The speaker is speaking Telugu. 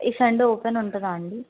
ఈ సండే ఓపన్ ఉంటుందా అండి